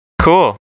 Cool